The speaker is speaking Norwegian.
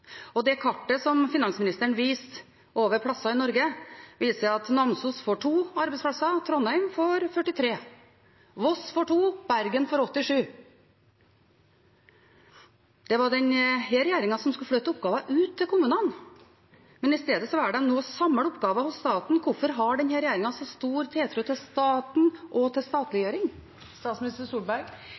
det kartet som finansministeren viste over plasser i Norge, viser at Namsos får 2 arbeidsplasser, Trondheim får 43, Voss får 2, Bergen får 87. Det var denne regjeringen som skulle flytte oppgaver ut til kommunene, men i stedet velger de nå å samle oppgaver hos staten. Hvorfor har denne regjeringen så stor tiltro til staten og til statliggjøring?